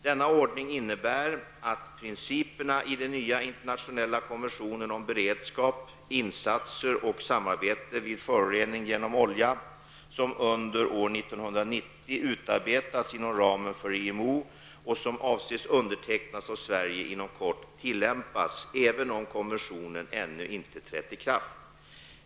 Denna ordning innebär att principerna i den nya internationella konventionen om beredskap, insatser och samarbete vid förorening genom olja, som under år 1990 utarbetats inom ramen för IMO och som avses undertecknas av Sverige inom kort, tillämpas även om konventionen ännu inte trätt i kraft.